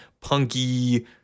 punky